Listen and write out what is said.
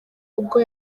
ubwo